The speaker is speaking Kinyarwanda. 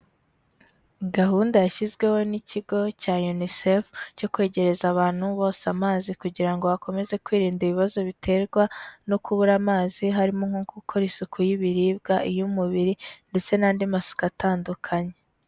Gahunda yashyizweho n'ikigo cya Unicef, cyo kwegereza abantu bose amazi kugira ngo bakomeze kwirinda ibibazo biterwa no kubura amazi, harimo nko gukora isuku y'ibiribwa, iy'umubiri ndetse n'andi masuku atandukanye.